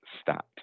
stat